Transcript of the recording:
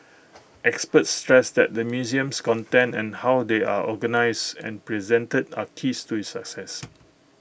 experts stressed that the museum's contents and how they are organised and presented are keys to its success